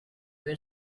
were